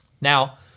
Now